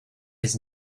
his